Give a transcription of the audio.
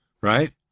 right